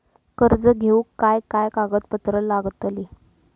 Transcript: कर्ज घेऊक काय काय कागदपत्र लागतली?